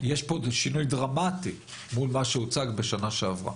יש פה שינוי דרמטי מול מה שהוצג בשנה שעברה,